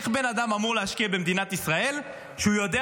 איך בן אדם אמור להשקיע במדינת ישראל כשהוא יודע